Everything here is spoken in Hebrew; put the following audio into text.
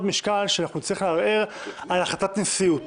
משקל שאנחנו נצטרך לערער על החלטת נשיאות